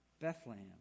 Bethlehem